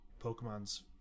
Pokemon's